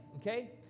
Okay